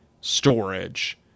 storage